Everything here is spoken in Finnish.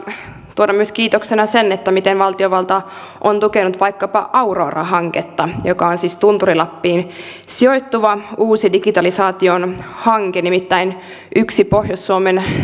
tuoda myös kiitoksena sen miten valtiovalta on tukenut vaikkapa aurora hanketta joka on siis tunturi lappiin sijoittuva uusi digitalisaation hanke nimittäin yksi pohjois suomen